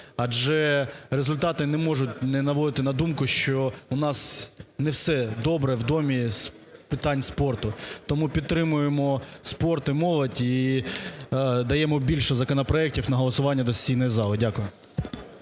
адже результати не можуть не наводити на думку, що у нас не все добре в домі з питань спорту. Тому підтримуємо спорт і молодь і даємо більше законопроектів на голосування до сесійної зали. Дякую.